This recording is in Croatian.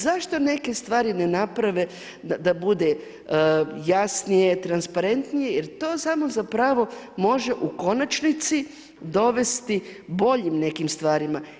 Zašto neke stvari ne naprave da bude jasnije, transparentnije, jer to samo zapravo, može u konačnici, dovesti boljim nekim stvarima.